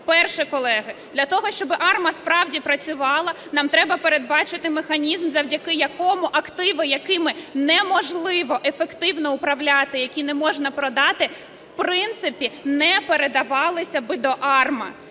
Перше. Колеги, для того, щоб АРМА справді працювала, нам треба передбачити механізм, завдяки якому активи, якими неможливо ефективно управляти, які не можна продати, в принципі, не передавалися би до АРМА.